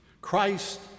Christ